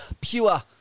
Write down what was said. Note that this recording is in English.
pure